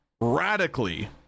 radically